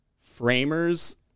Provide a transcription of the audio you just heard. framers